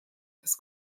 des